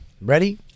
Ready